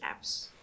apps